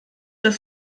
das